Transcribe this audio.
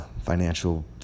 financial